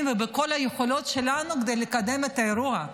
ובכל היכולות שלנו כדי לקדם את האירוע.